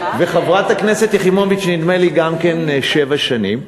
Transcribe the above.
נדמה לי שחברת הכנסת יחימוביץ גם היא שבע שנים,